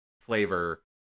flavor